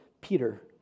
Peter